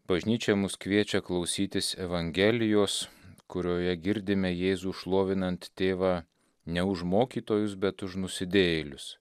bažnyčia mus kviečia klausytis evangelijos kurioje girdime jėzų šlovinant tėvą ne už mokytojus bet už nusidėjėlius